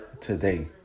today